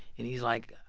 and he's like,